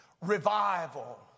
revival